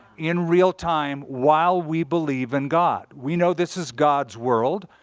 in real time, while we believe in god. we know this is god's world.